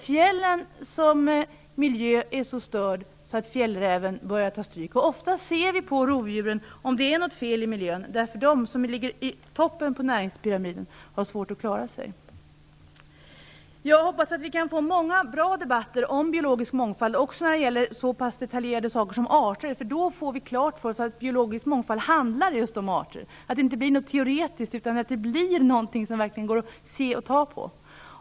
Fjällens miljö är så störd att fjällräven börjar ta stryk. Man kan ofta se på rovdjuren om det är något fel i miljön. De ligger i toppen på näringspyramiden och har svårt att klara sig. Jag hoppas att vi kommer att kunna föra många bra debatter om biologisk mångfald också när det gäller så pass detaljerade frågor som arter. Det är då vi får klart för oss att biologisk mångfald handlar just om arter. Det får inte bli någonting teoretiskt, utan någonting man verkligen kan se och ta på.